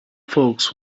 folks